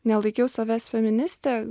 nelaikiau savęs feministe